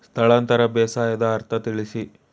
ಸ್ಥಳಾಂತರ ಬೇಸಾಯದ ಅರ್ಥ ತಿಳಿಸಿ?